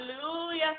Hallelujah